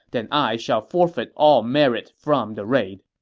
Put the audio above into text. then i shall forfeit all merit from the raid.